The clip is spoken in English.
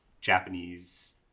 Japanese